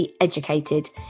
educated